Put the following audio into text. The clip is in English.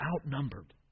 outnumbered